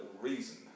reason